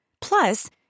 Plus